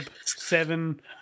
Seven